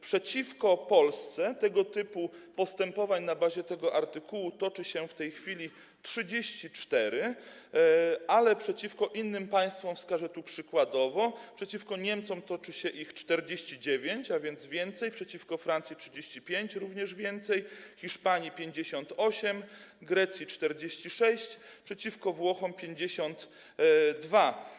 Przeciwko Polsce tego typu postępowań na bazie tego artykułu toczy się w tej chwili 34, ale przeciwko innym państwom, wskażę tu przykładowo, toczy się ich: przeciwko Niemcom - 49, a więc więcej, przeciwko Francji - 35, również więcej, przeciwko Hiszpanii - 58, przeciwko Grecji - 46, przeciwko Włochom - 52.